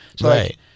Right